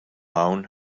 hawn